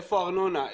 איפה ארנונה,